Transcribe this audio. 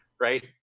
right